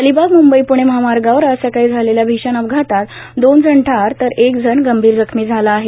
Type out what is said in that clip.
अलिबाग मंबई पृणे महामार्गावर आज सकाळी झालेल्या भीषण अपघातात दोन जण ठार तर एक गंभीर जखमी झाला आहे